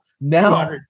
now